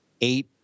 eight